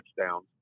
touchdowns